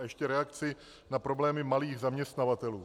A ještě reakci na problémy malých zaměstnavatelů.